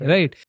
Right